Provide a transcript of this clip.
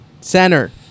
center